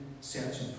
searching